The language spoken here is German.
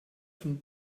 von